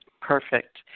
Perfect